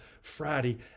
friday